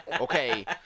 Okay